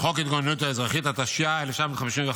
לחוק ההתגוננות האזרחית, התשי"א-1951,